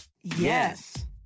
Yes